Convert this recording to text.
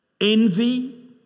envy